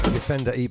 Defender